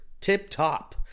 tip-top